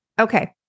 Okay